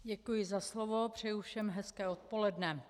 Děkuji za slovo, přeju všem hezké odpoledne.